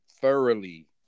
thoroughly